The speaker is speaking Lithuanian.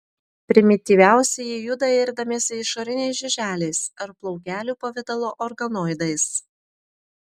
primityviausieji juda irdamiesi išoriniais žiuželiais ar plaukelių pavidalo organoidais